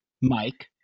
Mike